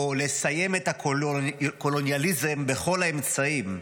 או לסיים את הקולוניאליזם בכל האמצעים,